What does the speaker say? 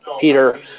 Peter